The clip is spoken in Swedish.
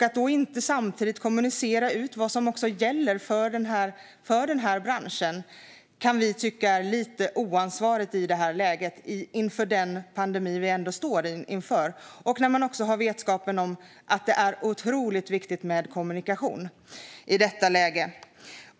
Att då inte samtidigt kommunicera ut vad som gäller för den här branschen kan vi tycka är lite oansvarigt i det här läget - under den pandemi vi ändå står inför - när man också har vetskap om att det är otroligt viktigt med kommunikation i detta läge.